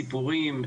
סיפורים,